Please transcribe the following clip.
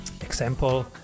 Example